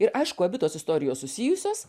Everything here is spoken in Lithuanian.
ir aišku abi tos istorijos susijusios